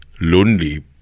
lonely